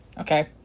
okay